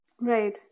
Right